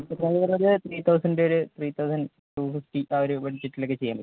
വിത്ത് ഡ്രൈവറൊറു three thousand ഒരു three thousand two fifty ആ ഒരു ബഡ്ജറ്റിലൊക്കെ ചെയ്യാൻ പറ്റും